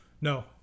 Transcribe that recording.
No